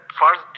first